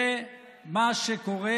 זה מה שקורה,